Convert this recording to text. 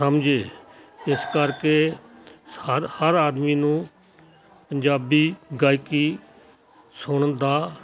ਸਮਝੇ ਇਸ ਕਰਕੇ ਹਰ ਹਰ ਆਦਮੀ ਨੂੰ ਪੰਜਾਬੀ ਗਾਇਕੀ ਸੁਣਨ ਦਾ